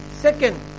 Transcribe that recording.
Second